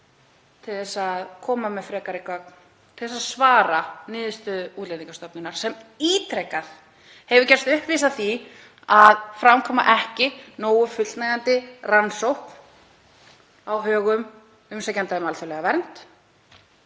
til þess að svara niðurstöðu Útlendingastofnunar sem hefur ítrekað gerst uppvís að því að framkvæma ekki nógu fullnægjandi rannsókn á högum umsækjenda um alþjóðlega vernd,